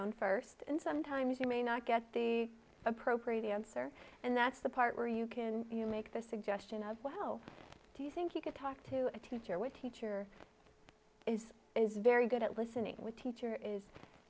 own first and sometimes you may not get the appropriate answer and that's the part where you can you make this suggestion as well do you think you could talk to a teacher with teacher is is very good at listening with teacher is